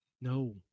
No